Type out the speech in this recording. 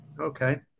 okay